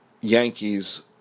Yankees